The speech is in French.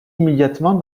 immédiatement